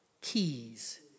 keys